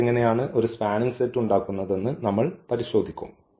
ഇത് എങ്ങനെയാണ് ഒരു സ്പാനിങ് സെറ്റ് ഉണ്ടാക്കുന്നതെന്ന് നമ്മൾപരിശോധിക്കും